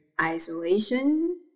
isolation